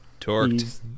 torqued